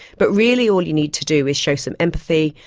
but really all you need to do is show some empathy,